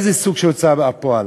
איזה סוג של הוצאה לפועל?